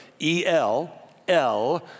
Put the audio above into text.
E-L-L